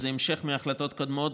וזה המשך מהחלטות קודמות,